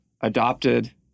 adopted